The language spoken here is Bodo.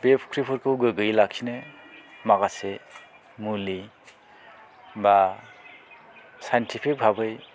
बे फुख्रिफोरखौ गोगोयै लाखिनो माखासे मुलि बा साइनटिफिक भाबै